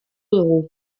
dugu